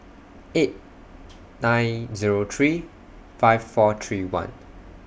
eight nine Zero three five four three one